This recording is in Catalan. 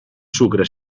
sucre